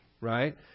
Right